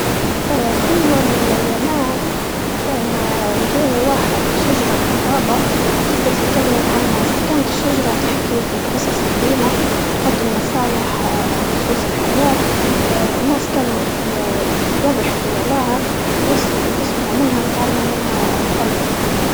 في يوم من الأيامات لقى واحد شجرة في الغابة تقدر تتكلم مع الناس، كانت الشجرة تحكي قصص قديمة وتقدم نصايح بخصوص الحياة الناس كانوا ي- يبحتوا لها ويس- ويسمعوا منها ويتعلموا منها هلبة.